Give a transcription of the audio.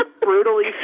brutally